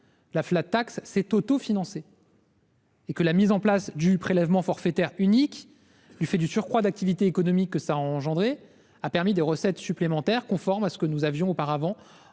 que la était autofinancée et que la mise en place du prélèvement forfaitaire unique, du fait du surcroît d'activité économique qu'il a engendré, avait permis des recettes supplémentaires conformes à celles que nous retirions auparavant